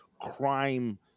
crime